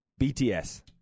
BTS